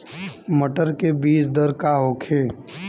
मटर के बीज दर का होखे?